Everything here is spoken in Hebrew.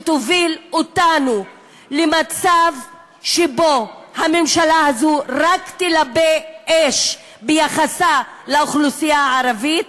שתוביל אותנו למצב שבו הממשלה הזאת רק תלבה אש ביחסה לאוכלוסייה הערבית.